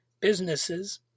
businesses